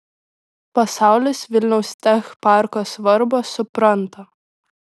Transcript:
pasaulis vilniaus tech parko svarbą supranta